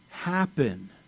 happen